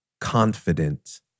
confident